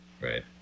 right